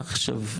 עכשיו,